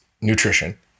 nutrition